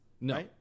No